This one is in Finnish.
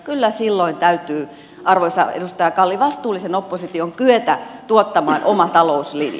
kyllä silloin täytyy arvoisa edustaja kalli vastuullisen opposition kyetä tuottamaan oma talouslinja